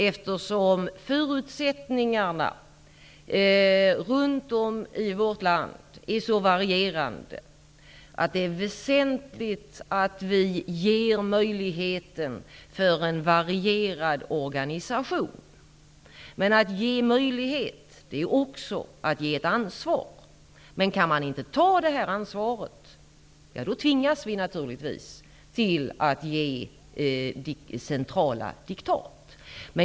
Eftersom förutsättningarna runt om i vårt land är så varierande, är det väsentligt att vi ger möjligheten att skapa en varierad organisation. Att ge möjlighet är emellertid också att ge ett ansvar, och kan man inte ta det ansvaret, tvingas vi naturligtvis att ge centrala diktat.